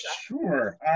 Sure